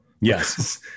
Yes